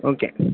okay